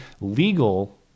legal